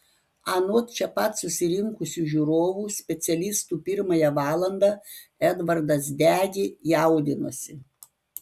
anot čia pat susirinkusių žiūrovų specialistų pirmąją valandą edvardas degė jaudinosi